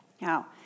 Now